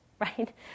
right